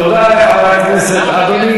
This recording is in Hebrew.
תודה לחבר הכנסת.